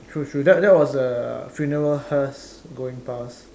true true that that was the funeral hearse going past